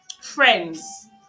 friends